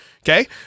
okay